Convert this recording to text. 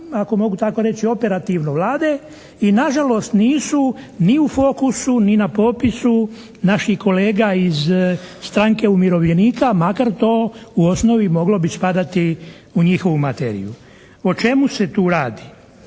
ako mogu tako reći, operativno Vlade i nažalost nisu ni u fokusu i na popisu naših kolega iz stranke umirovljenika makar to u osnovi moglo bi spadati u njihovu materiju. O čemu se tu radi?